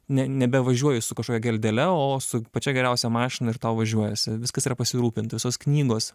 ne nebevažiuoji su kažkokia geldele o su pačia geriausia mašina ir tau važiuojasi viskas yra pasirūpint visos knygos